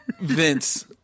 Vince